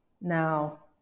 Now